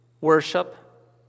worship